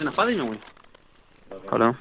hello